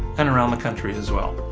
and around the country as well.